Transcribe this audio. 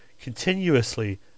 continuously